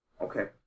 Okay